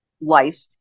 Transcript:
life